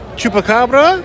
chupacabra